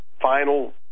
final